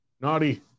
naughty